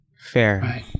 fair